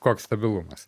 koks stabilumas